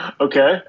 Okay